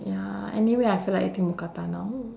ya anyway I feel like eating mookata now